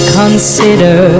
consider